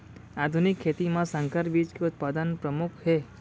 आधुनिक खेती मा संकर बीज के उत्पादन परमुख हे